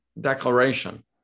declaration